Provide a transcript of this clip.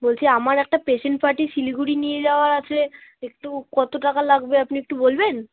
বলছি আমার একটা পেশেন্ট পার্টি শিলিগুড়ি নিয়ে যাওয়ার আছে একটু কতো টাকা লাগবে আপনি একটু বলবেন